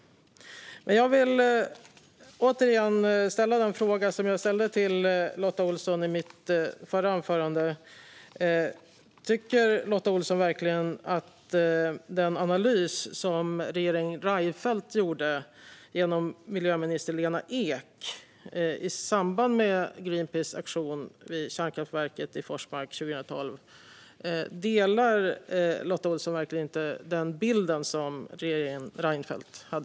Jag vill återigen ställa samma fråga som jag ställde till Lotta Olsson i mitt förra anförande. Tycker Lotta Olsson verkligen att det var fel analys som regeringen Reinfeldt gjorde genom miljöminister Lena Ek i samband med Greenpeaces aktion vid kärnkraftverket i Forsmark 2012? Delar Lotta Olsson verkligen inte regeringen Reinfeldts bild?